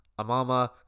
Amama